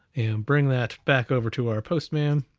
bring that back over to our postman.